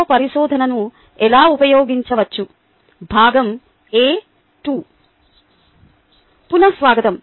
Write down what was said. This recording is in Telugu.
పునఃస్వాగతం